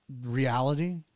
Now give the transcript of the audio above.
reality